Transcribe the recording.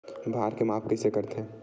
भार के माप कइसे करथे?